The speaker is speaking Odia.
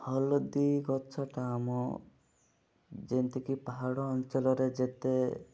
ହଲଦୀ ଗଛଟା ଆମ ଯେତିକି ପାହାଡ଼ ଅଞ୍ଚଳରେ ଯେତେ